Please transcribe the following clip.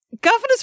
governor's